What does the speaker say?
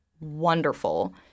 Wonderful